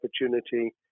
opportunity